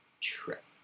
trip